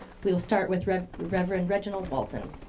we will start with reverend reginald walton,